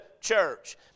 church